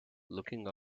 looking